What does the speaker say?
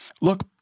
look